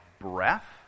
breath